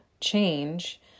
change